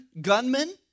gunmen